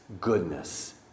goodness